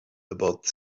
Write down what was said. about